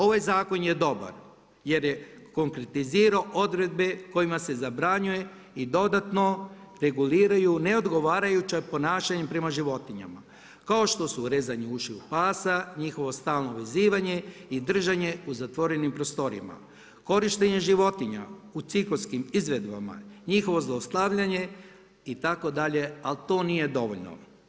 Ovaj zakon je dobar jer je konkretizirao odredbe kojima se zabranjuje i dodatno reguliraju neodgovarajućim ponašanjem prema životinjama kao što su rezanje ušiju pasa, njihovo stalno vezivanje i držanje u zatvorenim prostorijama, korištenje životinja u cirkuskim izvedbama, njihovo zlostavljanje itd., ali to nije dovoljno.